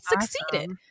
succeeded